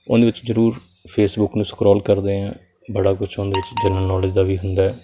ਉਹਦੇ ਵਿੱਚ ਜ਼ਰੂਰ ਫੇਸਬੁੱਕ ਨੂੰ ਸਕਰੋਲ ਕਰਦੇ ਹਾਂ ਬੜਾ ਕੁਛ ਉਹਦੇ ਵਿੱਚ ਜਨਰਲ ਨੋਲੇਜ ਦਾ ਵੀ ਹੁੰਦਾ